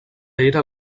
era